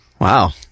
Wow